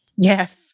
Yes